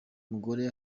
mugore